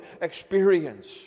experience